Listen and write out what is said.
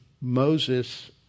Moses